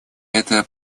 это